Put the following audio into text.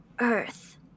Earth